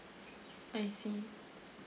I see